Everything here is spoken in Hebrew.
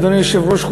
אדוני היושב-ראש,